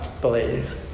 believe